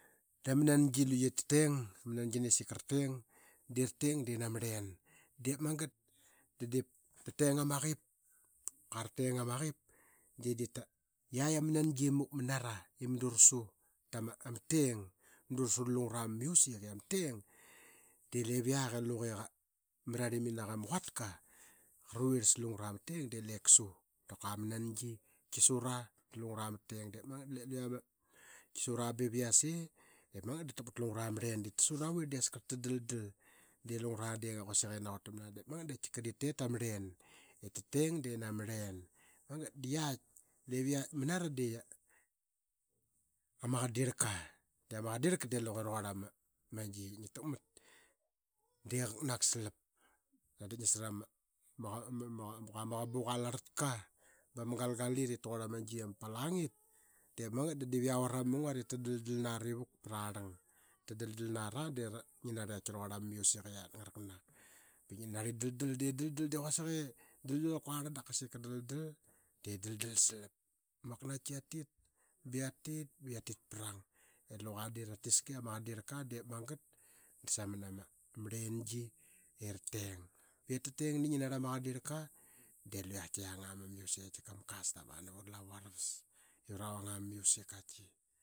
Da ma nangina lure tateng ama nangina de ra teng de nama arleng diip magat d adip da teng ama qip kua rateng ama qip. De diip yiak ama nangi i muk manama ra i madu ra sa tama a teng, mudu ra su ra lungra ma music. Ama teng de livgak i luge ama narlimina naqa ama quatka garluirl salungura ma teng de lip kasu. Dap kua ama nangi ki sura ra lungra ma teng diip magat da nani ki susra ba ip yase diip sura ra lungra ma teng dip magat da nani ki su ra ba ip yase diip magat da ra tak mat ta lungra ma arlen. Diip ta su navirl de ra dalal de lungra de quasik i naquarl tam na. Ama qadirlka de luqe qa raquarl ama ma gi i ngi takmat de qaknak salap. I qua radik nasaramat tanga dap kua ama aqabuqa aa larlatba ba ma galgal it ip tagurl ama gi ama palangit. Diip magat da diip yia amrama mamun gat ip ta daldal nari vuk paralang. Ta daldal aa de ngi narli i qaki raquarl ama muisic i at ngara taqaknak ba ngi narli daldal de quasik i daldal kuarla dap seka daldalde daldal salap. Mak naiki yatit ba yatit prang i luqa de ra tiska ama qadirlka. Da samana ma arlengi i ra teng. I fateng de ngi narli ama quadrika. De qati luve qati yanga ma music i tika ma custom aa navura lavu aravas. De ura vanga ma music kati.